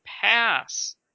pass